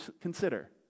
consider